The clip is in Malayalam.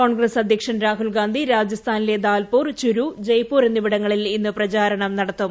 കോൺഗ്രസ് അധ്യക്ഷൻ രാഹുൽഗാന്ധി രാജസ്ഥാനിലെ ദാൽപൂർ ചുരൂ ജയ്പൂർ എന്നിവിടങ്ങളിൽ ഇന്ന് പ്രചാരണം നടത്തും